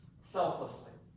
selflessly